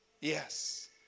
Yes